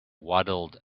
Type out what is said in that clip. waddled